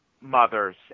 mothers